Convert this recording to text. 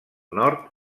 nord